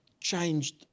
changed